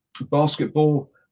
basketball